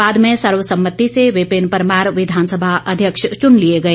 बाद में सर्वसम्मति से विपिन परमार विधानसभा अध्यक्ष चन लिए गए